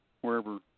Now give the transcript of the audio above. wherever